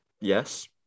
yes